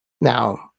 Now